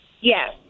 Yes